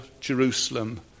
Jerusalem